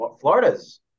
Florida's